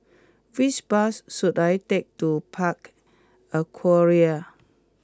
which bus should I take to Park Aquaria